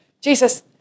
Jesus